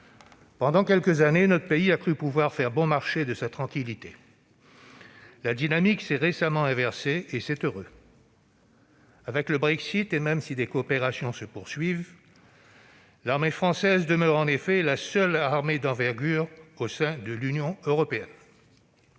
pendant quelques années, notre pays a cru pouvoir faire bon marché de sa tranquillité. La dynamique s'est récemment inversée, et c'est heureux. Avec le Brexit, et même si des coopérations se poursuivent, l'armée française demeure en effet la seule armée d'envergure au sein de l'Union européenne.